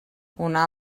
una